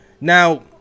Now